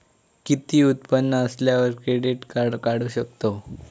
किती उत्पन्न असल्यावर क्रेडीट काढू शकतव?